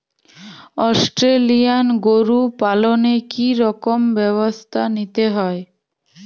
Australian গরু পালনে কি রকম ব্যবস্থা নিতে হয়?